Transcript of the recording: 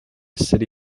city